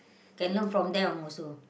can learn from them also